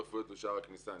אני